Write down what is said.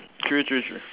true true true